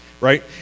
right